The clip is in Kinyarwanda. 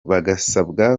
bagasabwa